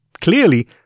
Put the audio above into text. Clearly